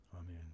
Amen